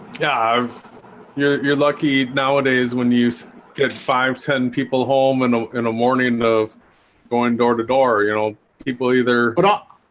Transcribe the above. yeah you're you're lucky nowadays when you get five ten people home and in a warning of going door to door you know people either but ah